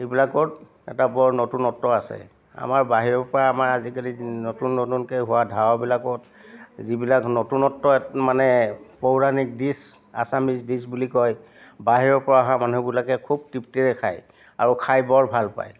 এইবিলাকত এটা বৰ নতুনত্ব আছে আমাৰ বাহিৰৰ পৰা আমাৰ আজিকালি নতুন নতুনকৈ হোৱা ধাৰাবিলাকো যিবিলাক নতুনত্বত মানে পৌৰাণিক ডিছ আছামিছ ডিছ বুলি কয় বাহিৰৰ পৰা অহা মানুহবিলাকে খুব তৃপ্তিৰে খায় আৰু খাই বৰ ভাল পায়